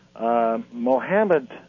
Mohammed